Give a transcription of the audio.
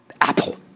Apple